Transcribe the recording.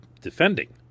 defending